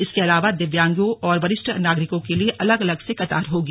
इसके अलावा दिव्यांगों और वरिष्ठ नागरिकों के लिए अलग से कतार भी होगी